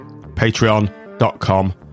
patreon.com